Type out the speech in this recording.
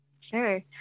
Sure